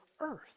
earth